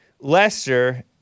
Lester